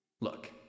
Look